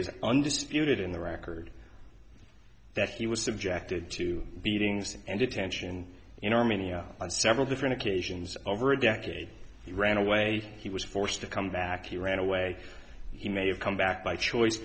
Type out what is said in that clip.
is undisputed in the record that he was subjected to beatings and detention in armenia on several different occasions over a decade he ran away he was forced to come back he ran away he may have come back by choice